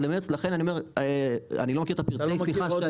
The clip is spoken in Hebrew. לכן אני אומר אני לא מכיר את פרטי השיחה שהיו.